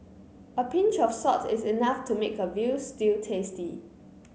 a pinch of salt is enough to make a veal stew tasty